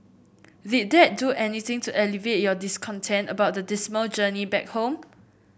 did that do anything to alleviate your discontent about the dismal journey back home